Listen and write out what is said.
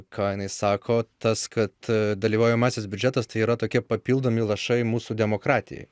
ką jinai sako tas kad dalyvaujamasis biudžetas tai yra tokie papildomi lašai mūsų demokratijai